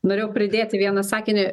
norėjau pridėti vieną sakinį